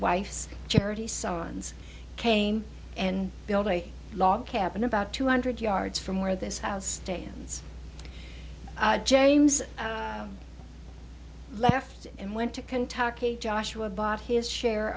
wife's charity sons cain and build a log cabin about two hundred yards from where this house stands james left and went to kentucky joshua bought his share